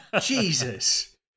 Jesus